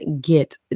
get